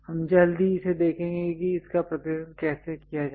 हम जल्द ही इसे देखेंगे कि इसका प्रतिनिधित्व कैसे किया जाए